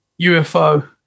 UFO